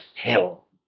hell